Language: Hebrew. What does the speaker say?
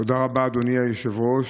תודה רבה, אדוני היושב-ראש.